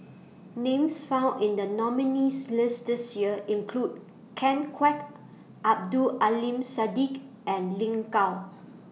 Names found in The nominees' list This Year include Ken Kwek Abdul Aleem Siddique and Lin Gao